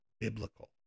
biblical